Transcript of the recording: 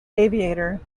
aviator